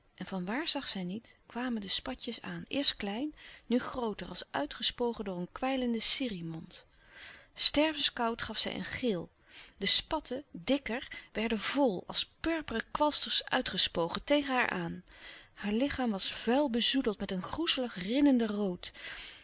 en vanwaar zag zij niet kwamen de spatjes aan eerst klein nu grooter als uitgespogen door een kwijlenden sirih mond stervenskoud gaf zij een gil de spatten dikker werden vol als purperen kwalsters uitgespogen tegen haar aan haar lichaam was vuil bezoedeld met een groezelig rinnende rood